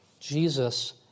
Jesus